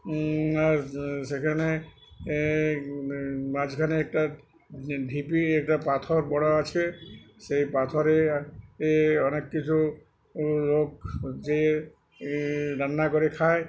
আর সেখানে মাঝখানে একটা ঢিপি একটা পাথর বড়ো আছে সেই পাথরে এ অনেক কিছু লোক যে রান্না করে খায়